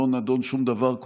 לא נדון שום דבר,